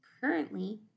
currently